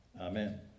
Amen